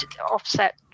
offset